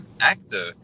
Actor